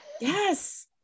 Yes